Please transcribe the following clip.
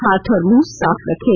हाथ और मुंह साफ रखें